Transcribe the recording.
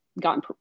gotten